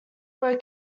were